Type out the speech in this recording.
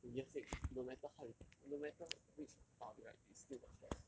to year six no matter how you take no matter which part of it right it is still got stress [one]